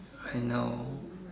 I know